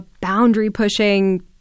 boundary-pushing